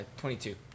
22